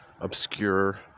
obscure